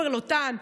מילא תומר לוטן,